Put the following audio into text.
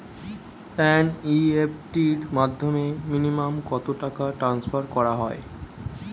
NEFT র মাধ্যমে minimum কত টাকা টান্সফার করা যায়?